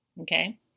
okay